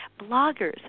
Bloggers